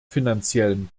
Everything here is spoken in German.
finanziellen